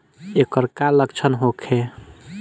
ऐकर का लक्षण होखे?